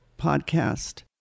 podcast